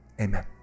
amen